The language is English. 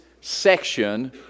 section